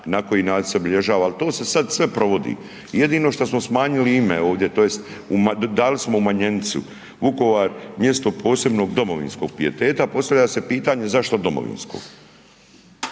na koji način se obilježava. Ali to se sada sve provodi. Jedino što smo smanjili ime ovdje tj. dali smo umanjenicu Vukovar mjesto posebnog domovinskog pijeteta. Postavlja se pitanje, zašto domovinskog.